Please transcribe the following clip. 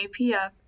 APF